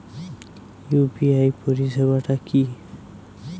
UPI পরিসেবাটা কি?